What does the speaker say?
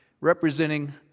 representing